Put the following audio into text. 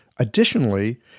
Additionally